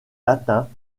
latin